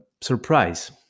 surprise